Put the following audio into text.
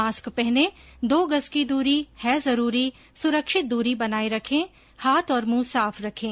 mask पहनें दो गज की दूरी है जरूरी सुरक्षित दूरी बनाए रखें हाथ और मुंह साफ रखें